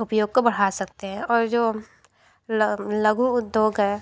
उपयोग को बढ़ा सकते हैं और जो लघु उद्योग है